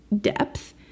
depth